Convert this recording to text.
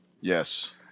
Yes